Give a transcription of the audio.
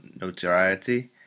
notoriety